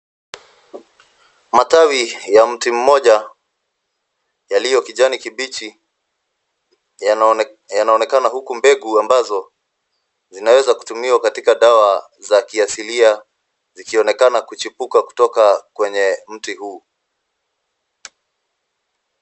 Matawi ya mti mmoja yaliyo kijani kibichi yanaonekana huku mbegu ambazo zinaweza kutumiwa katika dawa za kiasilia zikionekana kuchipuka kutoka kwenye mti huu.